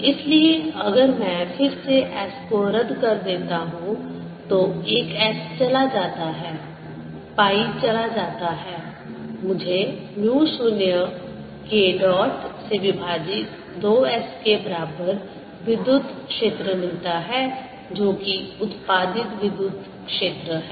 इसलिए अगर मैं फिर से S को रद्द कर देता हूं तो एक S चला जाता है पाई चला जाता है मुझे म्यू 0 K डॉट से विभाजित 2 S के बराबर विद्युत क्षेत्र मिलता है जो कि उत्पादित विद्युत क्षेत्र है